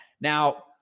Now